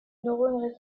neurones